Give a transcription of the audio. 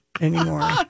anymore